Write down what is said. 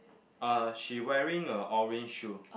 uh she wearing a orange shoe